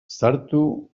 sartu